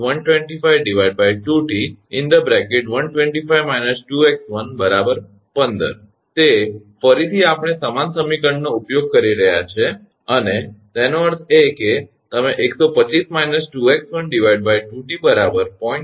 8 × 125 2𝑇125 − 2𝑥1 15 હશે તે ફરીથી આપણે સમાન સમીકરણનો ઉપયોગ કરી રહ્યા છીએ ખરુ ને અને તેનો અર્થ એ કે તમે 125 − 2𝑥1 2𝑇 0